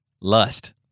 lust